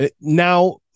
Now